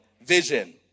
vision